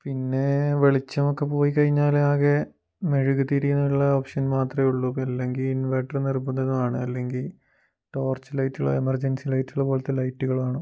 പിന്നെ വെളിച്ചമൊക്കെ പോയിക്കഴിഞ്ഞാൽ ആകെ മെഴുക് തിരിയിൽ നിന്നുള്ള ഓപ്ഷൻ മാത്രമേ ഉള്ളൂ ഇപ്പം അല്ലെങ്കിൽ ഇൻവേർട്ടറ് നിർബന്ധമാണ് അല്ലെങ്കിൽ ടോർച്ച് ലൈറ്റുകൾ എമർജൻസി ലൈറ്റുകൾ പോലത്തെ ലൈറ്റുകളാണ്